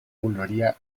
volvería